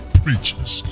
preachers